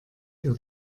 ihr